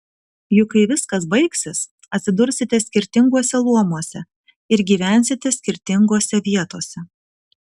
juk kai viskas baigsis atsidursite skirtinguose luomuose ir gyvensite skirtingose vietose